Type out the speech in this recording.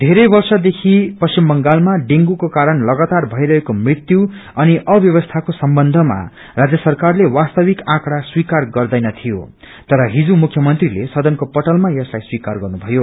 वेरै वर्षदेखि पश्चिम बंगालमा डेंगूझे कारण लगातार भइरहेको मृत्यु अनि अव्यवस्थाको सम्बन्यमा राज्य सरकारले वास्तविक आँकड़ा स्वीकार गर्दैन थियो तर हिज मुख्यमन्त्रीले सदनको पटलमा यसलाई स्वीकार गर्नु भयो